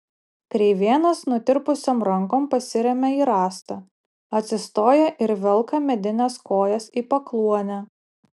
kreivėnas nutirpusiom rankom pasiremia į rąstą atsistoja ir velka medines kojas į pakluonę